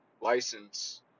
license